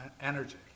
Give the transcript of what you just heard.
energy